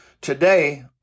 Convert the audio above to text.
Today